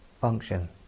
function